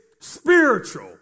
spiritual